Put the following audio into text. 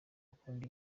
akunda